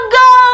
go